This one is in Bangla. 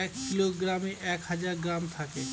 এক কিলোগ্রামে এক হাজার গ্রাম থাকে